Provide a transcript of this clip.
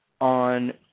on